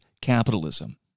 capitalism